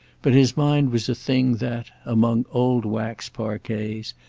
but his mind was a thing that, among old waxed parquets,